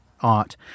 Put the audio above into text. art